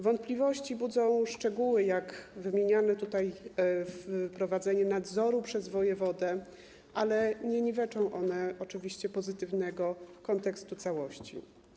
Wątpliwości budzą szczegóły, jak wymieniane tutaj wprowadzenie nadzoru przez wojewodę, ale nie niweczą one oczywiście pozytywnego kontekstu całości.